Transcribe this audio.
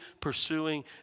pursuing